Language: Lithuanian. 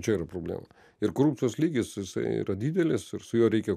čia yra problema ir korupcijos lygis jisai yra didelis ir su juo reikia